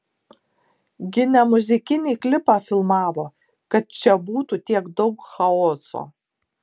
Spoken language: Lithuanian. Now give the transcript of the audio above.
gi ne muzikinį klipą filmavo kad čia būtų tiek daug chaoso